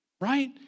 right